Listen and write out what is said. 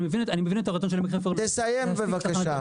אני מבין את הרצון --- את באקה-ג'ת,